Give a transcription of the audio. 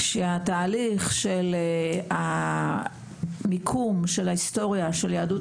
כשהתהליך של המיקום של ההיסטוריה של יהדות